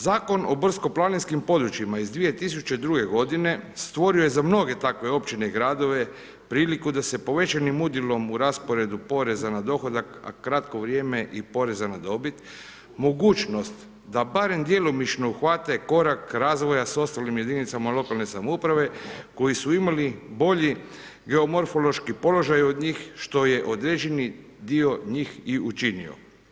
Zakon o brdsko-planinskim područjima iz 2002. godine stvori je za mnoge takve općine i gradove priliku da se povećanim udjelom u rasporedu poreza na dohodak, a kratko vrijeme i poreza na dobit mogućnost da barem djelomično uhvate korak razvoja s ostalim jedinicama lokalne samouprave koji su imali bolji geomorfološki položaj od njih što je određeni dio njih i učinio.